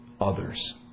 others